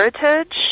heritage